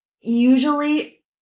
usually